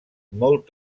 molt